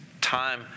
time